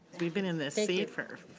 we've been in this seat for.